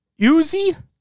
Uzi